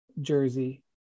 jersey